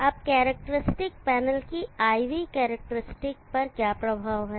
अब characteristic panel की IV characteristic पर क्या प्रभाव है